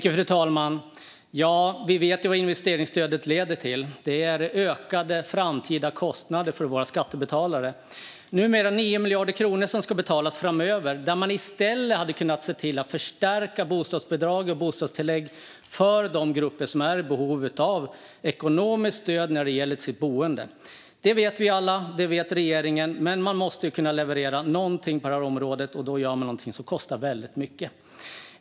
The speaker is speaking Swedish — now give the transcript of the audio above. Fru talman! Ja, vi vet ju vad investeringsstödet leder till. Det är ökade framtida kostnader för våra skattebetalare. Det är nu 9 miljarder kronor som ska betalas framöver, där man i stället hade kunnat förstärka bostadsbidrag och bostadstillägg för de grupper som är i behov av ekonomiskt stöd för sitt boende. Det vet vi alla. Det vet regeringen, men man måste ju kunna leverera någonting på det här området, och då gör man någonting som kostar väldigt mycket.